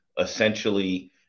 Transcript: essentially